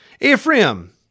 Ephraim